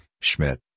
Schmidt